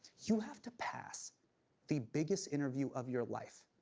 you have to pass the biggest interview of your life,